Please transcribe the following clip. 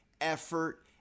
effort